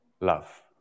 Love